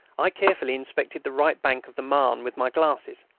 i carefully inspected the right bank of the marne with my glasses.